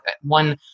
one